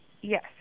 Yes